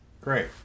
Great